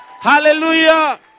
Hallelujah